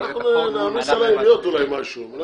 אנחנו נעמיס על העיריות אולי משהו.